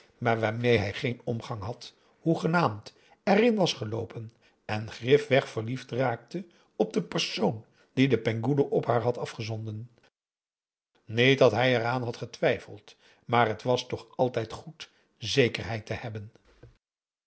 maar waarmee hij geen omgang had hoegenaamd erin was geloopen en grifweg verliefd raakte op den persoon dien de penghoeloe op haar had afgezonden niet dat hij eraan had getwijfeld maar het was toch altijd goed zekerheid te hebben